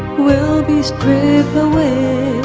will be stripped away,